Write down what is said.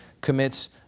commits